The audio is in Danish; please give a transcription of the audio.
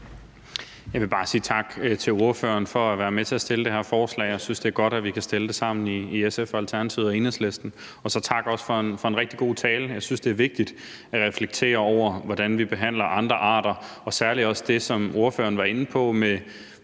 Jeg vil bare sige tak til ordføreren for at være med til at fremsætte det her forslag. Jeg synes, det er godt, at vi kan fremsætte det sammen i SF, Alternativet og Enhedslisten. Og så også tak for en rigtig god tale. Jeg synes, det er vigtigt at reflektere over, hvordan vi behandler andre arter, og særlig også det, som ordføreren var inde på med